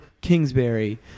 Kingsbury